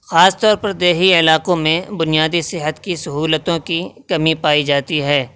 خاص طور پر دیہی علاقوں میں بنیادی صحت کی سہولتوں کی کمی پائی جاتی ہے